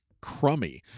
crummy